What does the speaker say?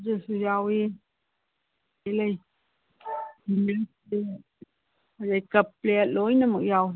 ꯑꯗꯨꯁꯨ ꯌꯥꯎꯏ ꯂꯩ ꯃꯤꯜ ꯀꯦꯟ ꯑꯗꯒꯤ ꯀꯞ ꯄ꯭ꯂꯦꯠ ꯂꯣꯏꯅꯃꯛ ꯌꯥꯎꯏ